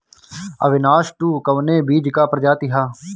अविनाश टू कवने बीज क प्रजाति ह?